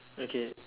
okay